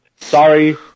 Sorry